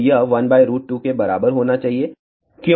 तो यह 12 के बराबर होना चाहिए